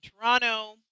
Toronto